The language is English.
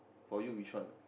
for you which one